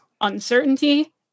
uncertainty